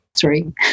three